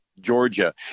Georgia